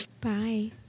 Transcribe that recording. Bye